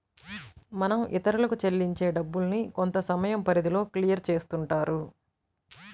మనం ఇతరులకు చెల్లించే డబ్బుల్ని కొంతసమయం పరిధిలో క్లియర్ చేస్తుంటారు